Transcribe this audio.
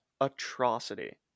atrocity